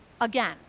again